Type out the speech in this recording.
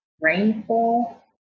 rainfall